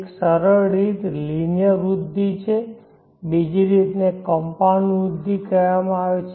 એક સરળ રીત લિનિયર વૃદ્ધિ છે બીજી રીતને કંપાઉન્ડ વૃદ્ધિ કહેવામાં આવે છે